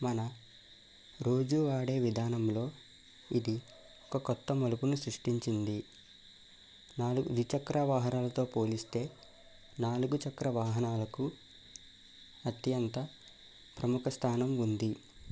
మన రోజు వాడే విధానంలో ఇది ఒక కొత్త మలుపును సృష్టించింది నాలుగు ద్విచక్ర వాహనాలతో పోలిస్తే నాలుగు చక్ర వాహనాలకు అత్యంత ప్రముఖ స్థానం ఉంది